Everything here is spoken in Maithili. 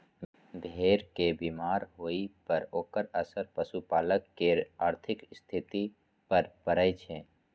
भेड़ के बीमार होइ पर ओकर असर पशुपालक केर आर्थिक स्थिति पर पड़ै छै